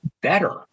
better